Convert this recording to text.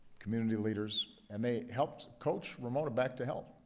community leaders. and they helped coach ramona back to health.